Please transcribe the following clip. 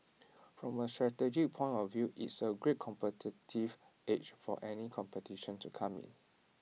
from A strategic point of view it's A great competitive edge for any competition to come in